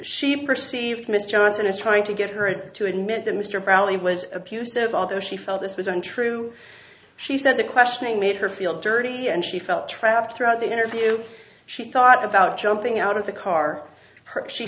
she perceived mr johnson as trying to get her to admit that mr bradley was abusive although she felt this was untrue she said the questioning made her feel dirty and she felt trapped throughout the interview she thought about jumping out of the car